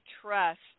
trust